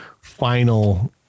final